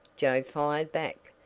joe fired back,